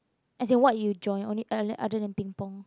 as in what you join only othe~ other than ping-pong